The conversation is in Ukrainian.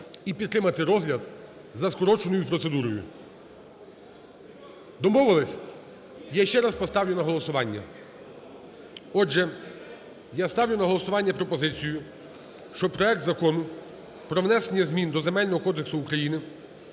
Домовилися? Я ще раз поставлю на голосування. Отже, я ставлю на голосування пропозицію, що проект Закону про внесення змін до Земельного кодексу України